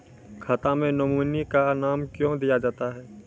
खाता मे नोमिनी का नाम क्यो दिया जाता हैं?